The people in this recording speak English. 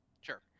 Sure